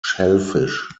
shellfish